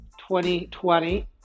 2020